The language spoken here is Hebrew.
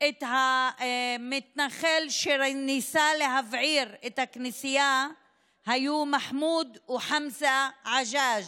את המתנחל שניסה להבעיר את הכנסייה היו מחמוד וחמזה עג'אג'.